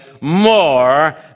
more